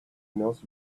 knows